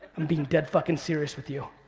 i'm being dead fucking serious with you.